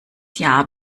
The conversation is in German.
jahr